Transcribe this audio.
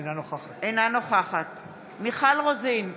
אינה נוכחת מיכל רוזין,